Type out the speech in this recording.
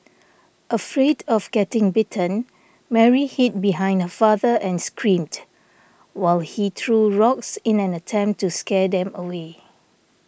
afraid of getting bitten Mary hid behind her father and screamed while he threw rocks in an attempt to scare them away